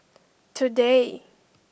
today